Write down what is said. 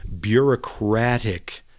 bureaucratic